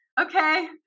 okay